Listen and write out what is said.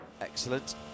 excellent